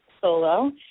solo